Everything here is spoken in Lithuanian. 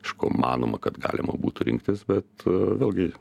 iš ko manoma kad galima būtų rinktis bet vėlgi